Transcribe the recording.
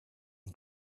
and